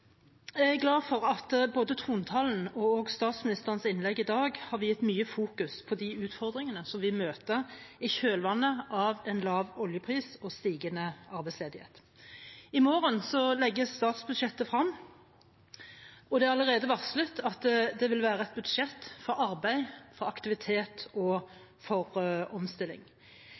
Jeg er glad for at både trontalen og statsministerens innlegg i dag fokuserte mye på de utfordringene vi møter i kjølvannet av en lav oljepris og stigende arbeidsledighet. I morgen legges statsbudsjettet frem, og det er allerede varslet at det vil være et budsjett for arbeid, for aktivitet og for omstilling. Vi trenger å legge frem løsninger på de utfordringene vi ser i dag, og